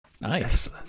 Nice